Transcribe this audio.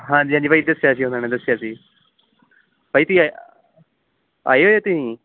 ਹਾਂਜੀ ਹਾਂਜੀ ਭਾਅ ਜੀ ਦੱਸਿਆ ਸੀ ਉਹਨਾ ਨੇ ਦੱਸਿਆ ਸੀ ਭਾਜੀ ਤੁ ਆਏ ਹੋਏ ਤੁਸੀਂ